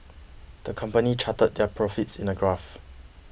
the company charted their profits in a graph